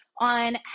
on